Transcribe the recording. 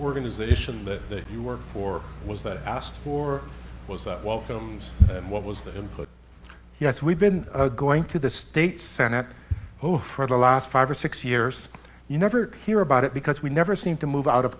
organization that you work for was that i asked for was that welcomes and what was the input yes we've been going to the state senate for the last five or six years you never hear about it because we never seem to move out of